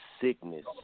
sickness